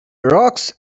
rocks